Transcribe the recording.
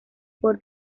por